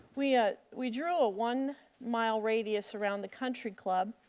we ah we drew a one mile radius around the country club.